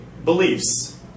beliefs